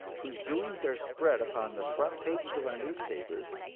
whose doings are spread upon the front pages of our newspapers?